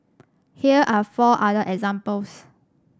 here are four other examples